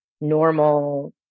normal